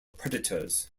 predators